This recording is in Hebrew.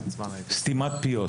סתימת פיות,